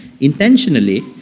intentionally